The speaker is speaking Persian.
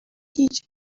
هیچ